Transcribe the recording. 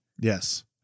Yes